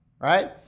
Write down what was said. right